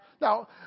Now